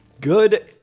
good